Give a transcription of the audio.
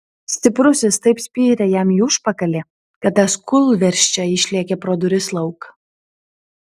stiprusis taip spyrė jam į užpakalį kad tas kūlversčia išlėkė pro duris lauk